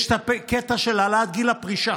יש את הקטע של העלאת גיל הפרישה.